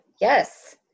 yes